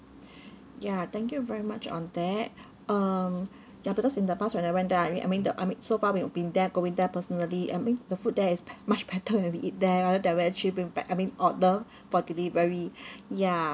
ya thank you very much on that um ya because in the past when I went there I mean I mean the I mean so far we've been there going there personally I mean the food there is bet~ much better when we eat there than we actually bring back I mean order for delivery ya